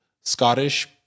Scottish